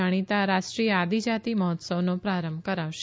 જાણીતા રાષ્ટ્રીય આદિજાતી મહોત્સવનો પ્રારંભ કરાવશે